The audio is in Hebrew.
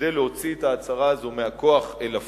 כדי להוציא את ההצהרה הזאת מהכוח אל הפועל,